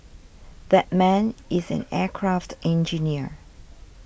that man is an aircraft engineer